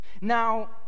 now